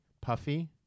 Puffy